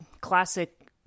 classic